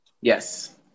yes